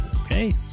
Okay